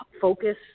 focus